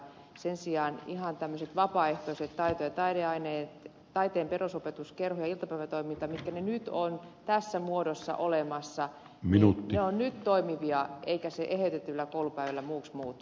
sen sijaan ihan tämmöiset vapaaehtoiset taito ja taideaineet taiteen perusopetuskerho ja iltapäivätoiminta mitkä nyt ovat tässä muodossa olemassa ovat nyt toimivia eikä se eheytetyllä koulupäivällä muuksi muutu vaan pahenee